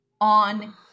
on